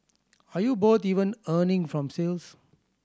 are you both even earning from sales